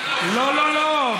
לא, לא.